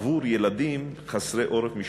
כ-500 משפחות מלוות-מארחות עבור ילדים חסרי עורף משפחתי.